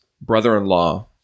brother-in-law